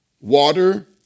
Water